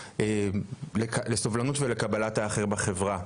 לסובלנות ולקבלת האחר בחברה.